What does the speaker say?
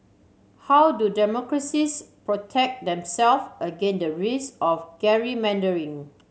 how do democracies protect themselves against the risk of gerrymandering